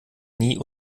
nie